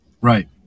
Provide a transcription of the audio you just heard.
Right